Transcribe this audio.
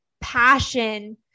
passion